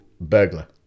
Burglar